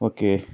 okay